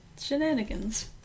shenanigans